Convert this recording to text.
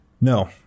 No